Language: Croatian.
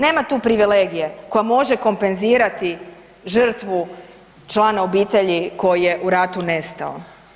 Nema tu privilegije koja može kompenzirati žrtvu člana obitelji koji je u ratu nestao.